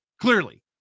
clearly